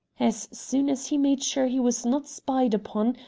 as soon as he made sure he was not spied upon,